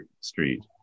street